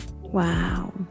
Wow